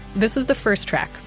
this is the first track,